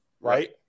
right